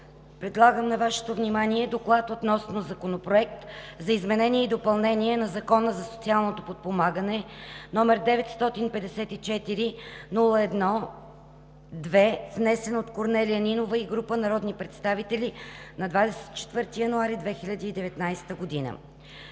предлагам на Вашето внимание „ДОКЛАД относно Законопроект за изменение и допълнение на Закона за социалното подпомагане, № 954-01-2, внесен от Корнелия Нинова и група народни представители на 24 януари 2019 г.